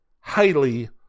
highly